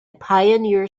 pioneer